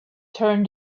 turn